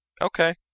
Okay